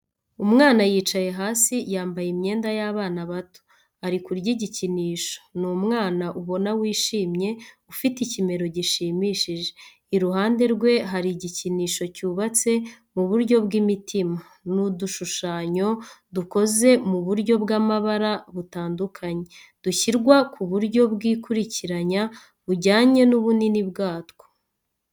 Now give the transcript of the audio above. Umwana yicaye hasi yambaye imyenda y’abana bato. Ari kurya igikinisho, ni umwana ubona wishimye ufite ikimero gishimishije. Iruhande rwe hari igikinisho cyubatse mu buryo bw'imitima n'udushushanyo dukoze mu buryo bw'amabara butandukanye, dushyirwa ku buryo bwikurikiranya bujyanye n'ubunini bwatwo.